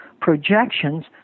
projections